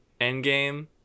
Endgame